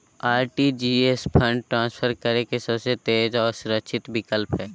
RTGS fund transfer करे के सबसे तेज आर सुरक्षित विकल्प हय